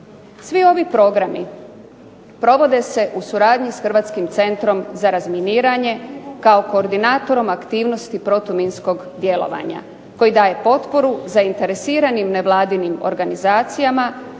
Svi ovi programi provode se u suradnji s Hrvatskim centrom za razminiranje kao koordinatorom aktivnosti protuminskog djelovanja koji daje potporu zainteresiranim nevladinim organizacijama